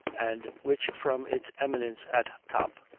and which from its eminence at top,